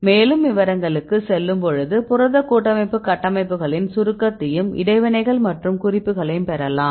மேலும் விவரங்களுக்கு செல்லும்பொழுது புரத கூட்டமைப்பு கட்டமைப்புகளின் சுருக்கத்தையும் இடைவினைகள் மற்றும் குறிப்புகளையும் பெறலாம்